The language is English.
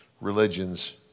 religions